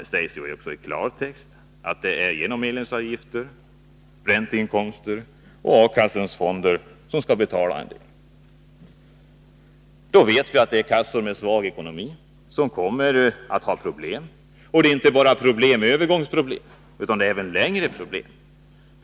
Det sägs också i klartext att de minskade inkomsterna till A-kassorna skall täckas av medlemsavgifter, ränteinkomster och A kassornas fonder. Då vet vi att det är kassor med svag ekonomi som kommer att få problem. Och det är inte bara övergångsproblem, utan det är även långvarigare problem.